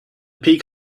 peak